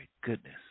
goodness